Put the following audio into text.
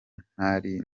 ntari